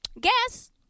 Guess